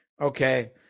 okay